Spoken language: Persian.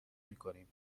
میکنیم